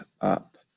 up